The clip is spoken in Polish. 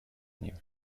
nim